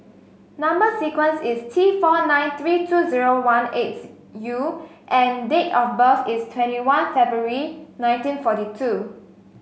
number sequence is T four nine three two zero one eighth U and date of birth is twenty one February nineteen forty two